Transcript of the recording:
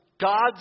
God's